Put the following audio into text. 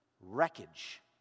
Wreckage